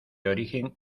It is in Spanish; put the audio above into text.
origen